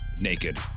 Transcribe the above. naked